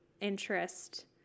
interest